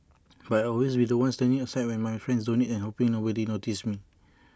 but I'll always be The One standing aside when my friends donate and hoping nobody notices me